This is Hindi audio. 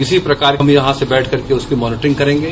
इसी प्रकार हम यहां से बैठ करके उसकी मानिटरिंग करेंगे